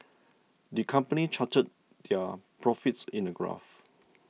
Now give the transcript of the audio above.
the company charted their profits in a graph